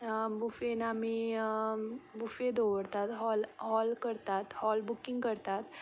बुफेन आमी बुफे दवरतात hall hall करतात हॉल बुकींग करतात